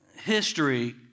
History